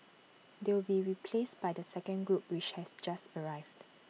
they will be replaced by the second group which has just arrived